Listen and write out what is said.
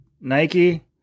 Nike